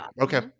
Okay